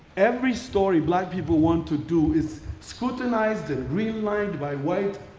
every story black people want to do is scrutinized and realigned by white